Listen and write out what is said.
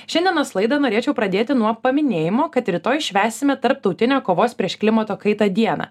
šiandienos laidą norėčiau pradėti nuo paminėjimo kad rytoj švęsime tarptautinę kovos prieš klimato kaitą dieną